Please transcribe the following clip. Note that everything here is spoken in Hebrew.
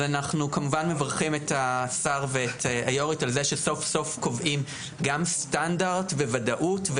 אני רוצה לברך את השר ואת היו"ר שסוף-סוף קובעים סטנדרט וודאות,